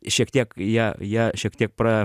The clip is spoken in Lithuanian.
šiek tiek jie jie šiek tiek pra